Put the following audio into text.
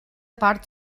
part